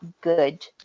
Good